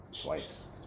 twice